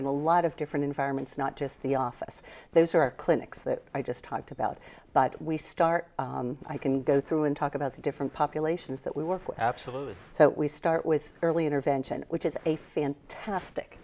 to a lot of different environments not just the office those are clinics that i just talked about but we start i can go through and talk about the different populations that we were absolutely so we start with early intervention which is a fantastic